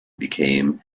became